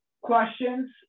questions